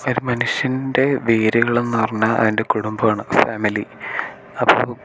ഒരു മനുഷ്യൻ്റെ വേരുകളെന്ന് പറഞ്ഞാൽ അവൻ്റെ കുടുംബമാണ് ഫാമിലി അപ്പോൾ